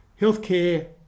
healthcare